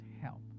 help